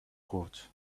watch